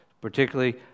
Particularly